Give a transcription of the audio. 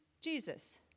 Jesus